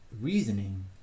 reasoning